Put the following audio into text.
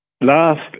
Last